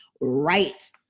right